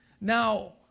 Now